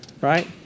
right